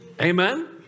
Amen